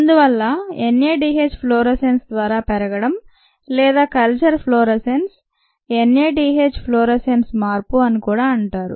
అందువల్ల NADH fluorescence ద్వారా పెరగడం లేదా దీనిని కల్చర్ ఫ్లోరోసెన్స్ NADH ఫ్లోరోసెన్స్ మార్పు అని కూడా అంటారు